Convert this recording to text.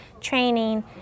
training